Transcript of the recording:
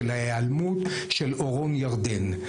של ההיעלמות של אורון ירדן.